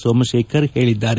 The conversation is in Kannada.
ಸೋಮಶೇಖರ್ ಹೇಳಿದ್ದಾರೆ